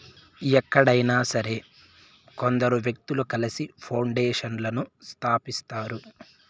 ఎక్కడైనా సరే కొందరు వ్యక్తులు కలిసి పౌండేషన్లను స్థాపిస్తారు